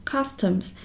Customs